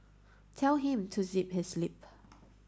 tell him to zip his lip